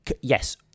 yes